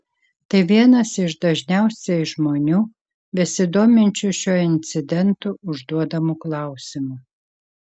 tai vienas iš dažniausiai žmonių besidominčiu šiuo incidentu užduodamų klausimų